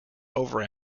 over